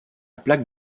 plaque